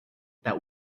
that